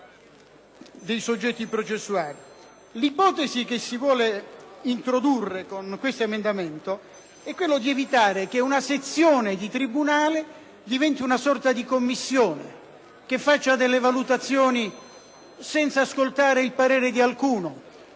L’ipotesi che si vuole introdurre con l’emendamento 29.4 e volta ad evitare che una sezione di tribunale diventi una sorta di commissione che svolga delle valutazioni senza ascoltare il parere di alcuno,